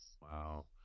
wow